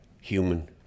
human